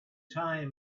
time